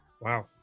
Wow